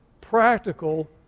practical